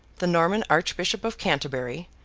the norman archbishop of canterbury,